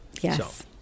Yes